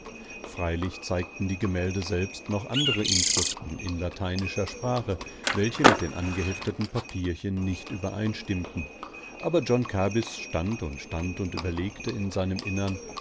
freilich zeigten die gemälde selbst noch andere inschriften in lateinischer sprache welche mit den angehefteten papierchen nicht übereinstimmten aber john kabys stand und stand und überlegte in seinem innern